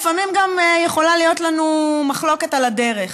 לפעמים גם יכולה להיות לנו מחלוקת על הדרך,